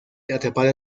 atrapado